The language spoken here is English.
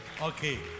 Okay